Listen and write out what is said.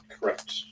Correct